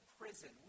prison